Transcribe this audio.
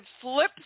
flip